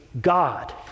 God